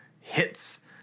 hits